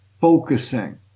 focusing